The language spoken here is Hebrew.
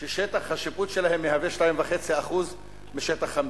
ששטח השיפוט שלהם מהווה 2.5% משטח המדינה.